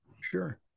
Sure